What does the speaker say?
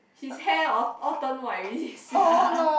his hair all all turn white already sia